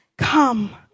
Come